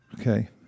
Okay